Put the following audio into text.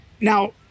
now